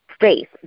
Faith